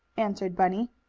answered bunny.